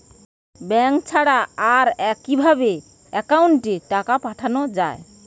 Bank ছাড়া আর কিভাবে একাউন্টে টাকা পাঠানো য়ায়?